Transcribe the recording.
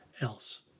else